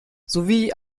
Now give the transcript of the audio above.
sowie